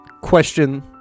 question